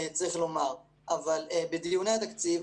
גם אנחנו,